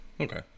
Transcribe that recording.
okay